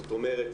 זאת אומרת,